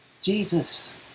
Jesus